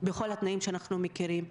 בכל התנאים שאנחנו מכירים.